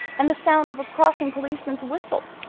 and the sound of a crossing policeman's whistle.